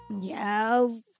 Yes